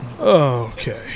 Okay